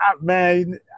Man